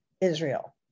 Israel